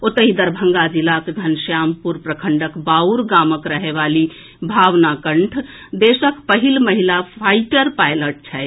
ओतहि दरभंगा जिलाक धनश्यामपुर प्रखंडक बाउर गामक रहए वाली भावना कंठ देशक पहिल महिला फाईटर पायलट छथि